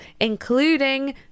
including